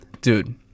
dude